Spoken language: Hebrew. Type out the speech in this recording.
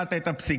קראת את הפסיקה,